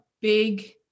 big